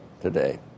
today